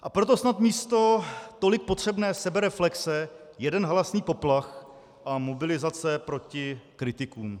A proto snad místo tolik potřebné sebereflexe jeden halasný poplach a mobilizace proti kritikům.